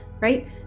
right